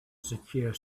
secure